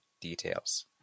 details